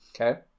Okay